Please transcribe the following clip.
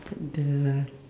at the